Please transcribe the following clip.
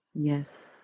Yes